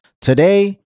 Today